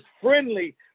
friendly